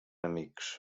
amics